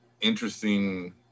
interesting